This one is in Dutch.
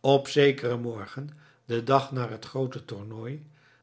op zekeren morgen den dag na het groote tornooi